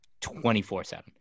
24-7